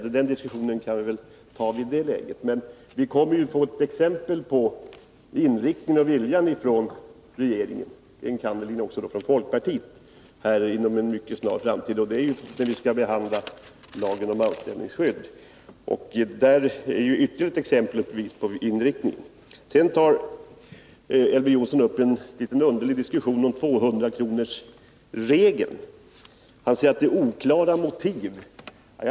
Men den diskussionen kan vi väl föra när de ärendena tas upp. Vi kommer ju att få ett exempel på inriktningen och viljan hos regeringen, enkannerligen hos folkpartiet, inom en mycket snar framtid, nämligen när vi skall behandla lagen om anställningsskydd. Det är ytterligare ett exempel på inriktningen. Elver Jonsson tar vidare upp en litet underlig diskussion om 200 kronorsregeln. Han säger att socialdemokraternas motiv är oklara.